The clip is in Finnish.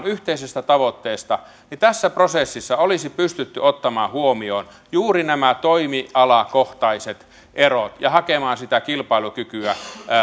yhteisestä tavoitteesta niin tässä prosessissa olisi pystytty ottamaan huomioon juuri nämä toimialakohtaiset erot ja hakemaan sitä kilpailukykyä